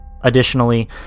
Additionally